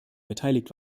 beteiligt